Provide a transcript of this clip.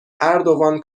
اردوان